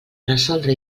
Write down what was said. resoldre